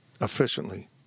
efficiently